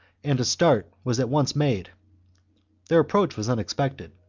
and a start was at once made their approach was unexpected,